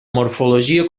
morfologia